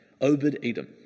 Obed-Edom